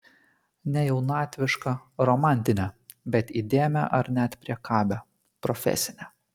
ne jaunatvišką romantinę bet įdėmią ar net priekabią profesinę